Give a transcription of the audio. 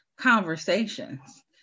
conversations